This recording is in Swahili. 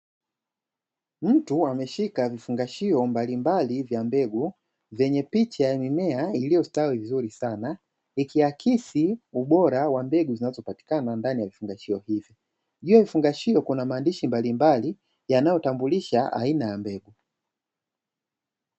Mtu ameshika vifungashio mbalimbali vya mbegu vyenye picha ya mimea, iliyostawi vizuri sana ikiakisi ubora wa mbegu zinaopatikana ndani ya vifungashio hivyo, juu ya vifungashio kuna maandishi mbalimbali yanayotambulisha aina ya mbegu.